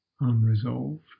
Unresolved